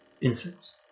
insects